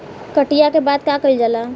कटिया के बाद का कइल जाला?